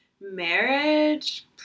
Marriage